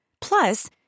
Plus